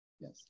Yes